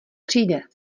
přijde